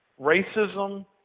Racism